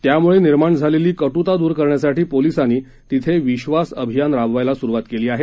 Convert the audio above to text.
त्यामुळे निर्माण झालेली कट्ता दूर करण्यासाठी पोलीसांनी तिथे विश्वास अभियान राबवायला सुरुवात केली आहे